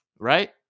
right